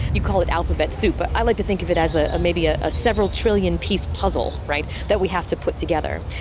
you call it alphabet soup, but i like to think of it as ah maybe ah a several-trillion-piece puzzle that we have to put together.